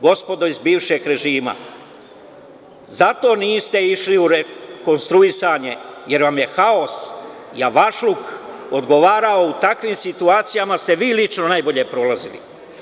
Gospodo iz bivšeg režima, zato niste išli u rekonstruisanje, jer vam je haos, javašluk odgovarao, u takvim situacijama ste vi lično najbolje prolazili.